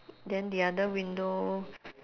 then the other window